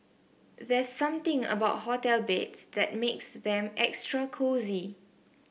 there's something about hotel beds that makes them extra cosy